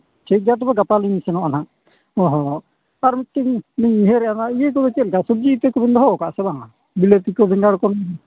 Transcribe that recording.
ᱴᱷᱤᱠᱜᱮᱭᱟ ᱛᱚᱵᱮ ᱜᱟᱯᱟᱞᱤᱧ ᱥᱮᱱᱚᱜᱼᱟ ᱱᱟᱦᱟᱜ ᱚᱼᱦᱚ ᱟᱨ ᱢᱤᱫᱴᱮᱱᱞᱤᱧ ᱩᱭᱦᱟᱹᱨᱮᱫᱼᱟ ᱚᱱᱟ ᱤᱭᱟᱹ ᱠᱚᱫᱚ ᱪᱮᱫᱞᱮᱠᱟ ᱥᱚᱵᱽᱡᱤ ᱤᱛᱟᱹᱠᱚᱵᱤᱱ ᱫᱚᱦᱚᱣᱠᱟᱫᱼᱟ ᱥᱮ ᱵᱟᱝᱟ ᱵᱤᱞᱟᱹᱛᱤᱠᱚ ᱵᱮᱸᱜᱟᱲᱠᱚ